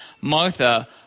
Martha